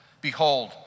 behold